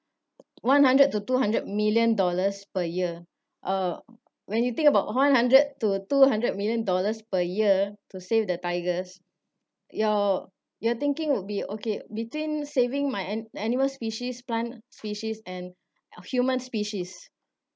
one hundred to two hundred million dollars per year uh when you think about one hundred to two hundred million dollars per year to save the tigers your your thinking would be okay between saving my an~ animal species plant species and human species